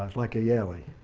like a yalie.